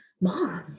mom